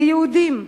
כיהודים,